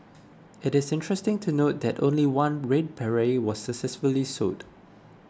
it is interesting to note that only one red beret was successfully sold